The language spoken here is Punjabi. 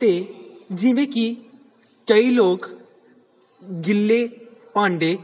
ਅਤੇ ਜਿਵੇਂ ਕਿ ਕਈ ਲੋਕ ਗਿੱਲੇ ਭਾਂਡੇ